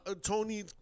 Tony